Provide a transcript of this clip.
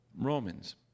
Romans